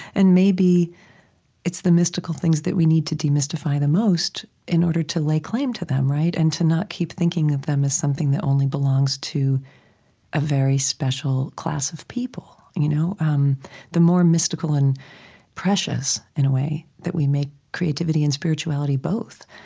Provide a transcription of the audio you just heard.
and maybe it's the mystical things that we need to demystify the most, in order to lay claim to them and to not keep thinking of them as something that only belongs to a very special class of people. you know um the more mystical and precious, in a way, that we make creativity and spirituality both,